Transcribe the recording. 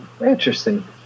Interesting